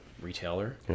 retailer